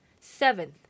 Seventh